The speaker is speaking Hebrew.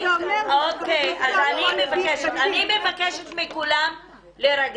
מה שזה אומר ש- ----- אני מבקשת מכולם להירגע.